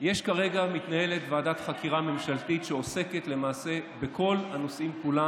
כרגע מתנהלת ועדת חקירה ממשלתית שעוסקת למעשה בכל הנושאים כולם